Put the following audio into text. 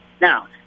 now